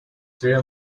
crea